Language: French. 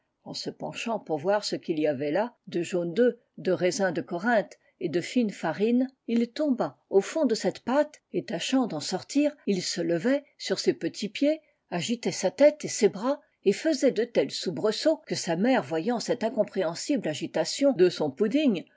en se penchant pour voir ce qu'il y avait là de jaunes d œufs de raisins de corinthe et de fine farine de noël il tomba au fond de cette pâte et tâchant d'en sortir il se levait sur ses petits pieds agitait sa tête et ses bras et faisait de tels soubresauts que sa mère voyant cette incompréhensible agitation de son pouding